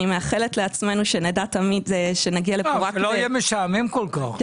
ואני מאחלת לעצמנו -- שלא יהיה משעמם כל כך.